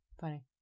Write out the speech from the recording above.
Funny